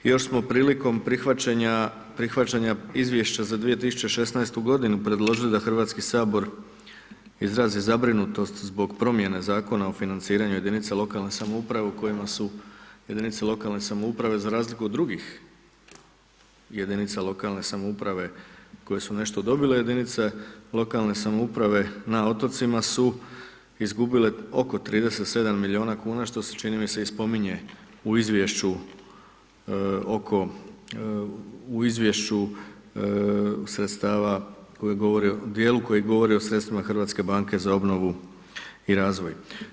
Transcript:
Još smo prilikom prihvaćanja izvješća za 2016. g. predložili da Hrvatski sabor izrazi zabrinutost zbog promjene Zakona o financiranju jedinice lokalne samouprave, u kojima su jedinice lokalne samouprave za razliku od drugih jedinice lokalne samouprave koje su nešto dobile jedinice lokalne samouprave na otocima su izgubile oko 37 milijuna kuna, što su čini mi se i spominje u izvješću oko, u izvješću sredstava, koji govori o dijelu koji govori o sredstvima Hrvatske banke za obnovu i razvoj.